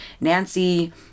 Nancy